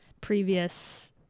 previous